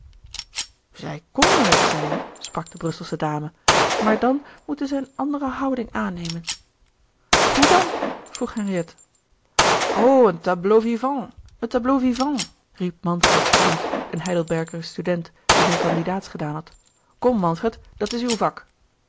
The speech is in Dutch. zij konden het zijn sprak de brusselsche dame maar dan moeten zij eene andere houding aannemen hoe dan vroeg henriette o een tableau vivant een tableau vivant riep manfreds vriend een heidelberger student die zijn kandidaats gedaan had kom manfred dat is uw vak